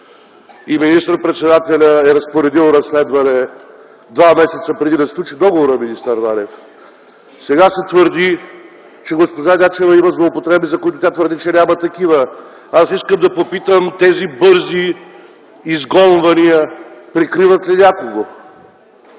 и министър-председателят е разпоредил разследване два месеца преди министър Нанев го да сключи. Сега се твърди, че госпожа Начева има злоупотреби, за което тя твърди, че няма такива. Аз искам да попитам: тези бързи изгонвания прикриват ли някого?